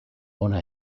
hona